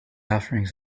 offerings